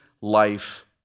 life